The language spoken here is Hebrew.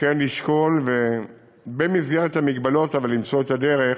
כן לשקול, במסגרת המגבלות, ולמצוא את הדרך